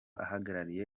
ahagarariye